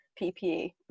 PPE